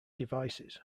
devices